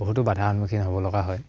বহুতো বাধাৰ সন্মুখীন হ'ব লগা হয়